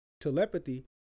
telepathy